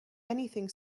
anything